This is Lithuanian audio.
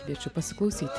kviečiu pasiklausyti